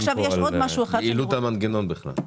יעילות המנגנון בכלל.